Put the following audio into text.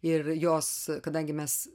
ir jos kadangi mes